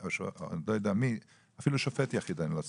או לא יודע מי, אפילו שופט יחיד אני לא סומך,